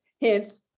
hence